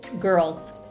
girls